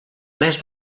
més